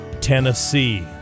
Tennessee